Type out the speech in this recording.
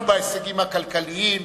אנחנו בהישגים הכלכליים,